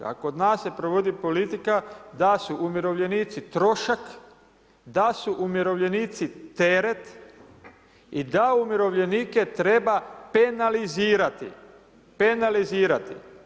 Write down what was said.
A kod nas se provodi politika da su umirovljenici trošak, da su umirovljenici teret i da umirovljenike treba penalizirati, penalizirati.